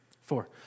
Four